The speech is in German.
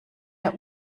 der